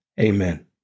Amen